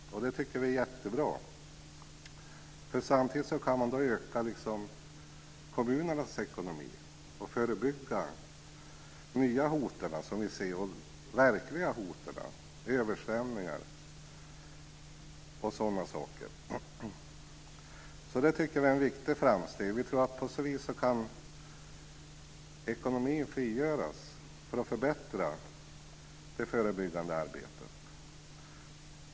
Det tycker vi är jättebra. Samtidigt går det att öka kommunernas ekonomi och förebygga nya och verkliga hot, t.ex. översvämningar. Det tycker vi är ett viktigt framsteg. Vi tror att på så vis kan ekonomin frigöras för att förbättra det förebyggande arbetet.